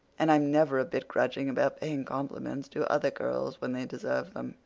and i'm never a bit grudging about paying compliments to other girls when they deserve them.